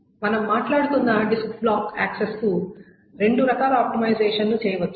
మనం మాట్లాడుతున్న disk block access కు రెండు రకాల ఆప్టిమైజేషన్లు చేయవచ్చు